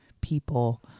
people